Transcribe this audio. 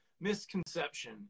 misconception